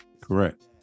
correct